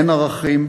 אין ערכים,